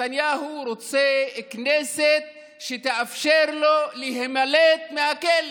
נתניהו רוצה כנסת שתאפשר לו להימלט מהכלא.